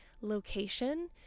location